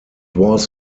was